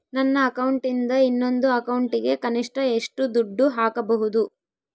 ನನ್ನ ಅಕೌಂಟಿಂದ ಇನ್ನೊಂದು ಅಕೌಂಟಿಗೆ ಕನಿಷ್ಟ ಎಷ್ಟು ದುಡ್ಡು ಹಾಕಬಹುದು?